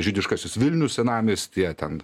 žydiškasis vilnius senamiestyje ten